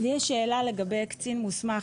לי יש שאלה לגבי קצין מוסמך,